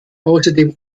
außerdem